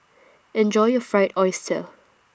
Enjoy your Fried Oyster